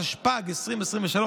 התשפ"ג 2023,